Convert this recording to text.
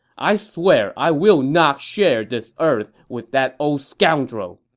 i swear i will not share this earth with that old scoundrel!